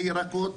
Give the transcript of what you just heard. לירקות,